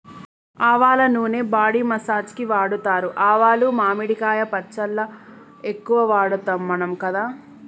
ఆవల నూనె body massage కి వాడుతారు ఆవాలు మామిడికాయ పచ్చళ్ళ ఎక్కువ వాడుతాం మనం కదా